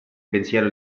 pensiero